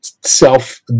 self